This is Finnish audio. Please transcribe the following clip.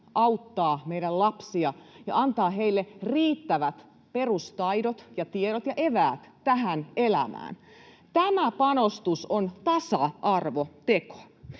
auttaa meidän lapsia ja antaa heille riittävät perustaidot ja -tiedot ja eväät tähän elämään. Tämä panostus on tasa-arvoteko.